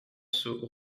seau